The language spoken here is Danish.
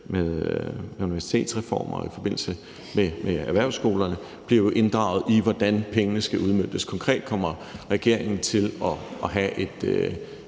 med universitetsreform og i forbindelse med erhvervsskolerne, jo bliver inddraget i, hvordan pengene skal udmøntes. Konkret kommer regeringen til at have et